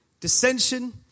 Dissension